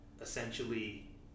essentially